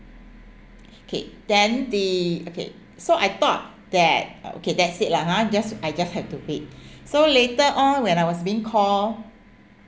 okay then the okay so I thought that uh okay that's it lah ha just I just have to wait so later on when I was being call